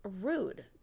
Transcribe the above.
rude